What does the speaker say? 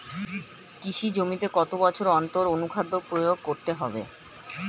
কৃষি জমিতে কত বছর অন্তর অনুখাদ্য প্রয়োগ করতে হবে?